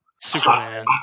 Superman